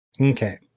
Okay